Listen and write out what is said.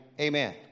amen